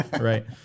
right